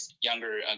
younger